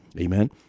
Amen